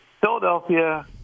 Philadelphia